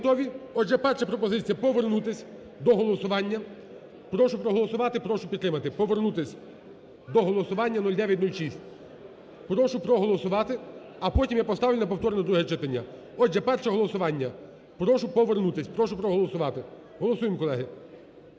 Отже, перша пропозиція, повернутись до голосування. Прошу проголосувати, прошу підтримати, повернутись до голосування 0906. Прошу проголосувати, а потім я поставлю на повторне друге читання. Отже, перше голосування, прошу повернутись. Прошу проголосувати, голосуємо, колеги.